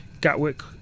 Gatwick